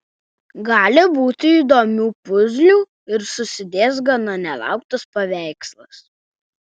gali būti įdomių puzlių ir susidės gana nelauktas paveikslas